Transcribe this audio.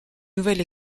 nouvelle